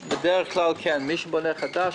מי שבונה חדש.